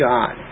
God